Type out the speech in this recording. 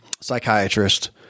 psychiatrist